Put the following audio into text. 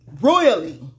royally